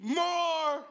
more